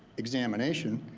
examination,